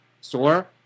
store